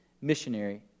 missionary